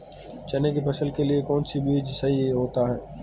चने की फसल के लिए कौनसा बीज सही होता है?